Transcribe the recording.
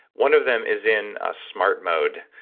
one of them is in smart mode,